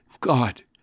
God